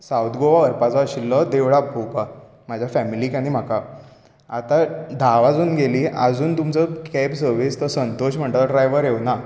south Goa व्हरपाचो आशील्लो देवळां पळोवपाक म्हाज्या फॅमिलीक आनी म्हाका आतां धा वाजून गेलीं आजून तुमचो केब सर्विस तो संतोष म्हणटा तो ड्रायवर येवंक ना